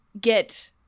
get